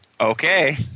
Okay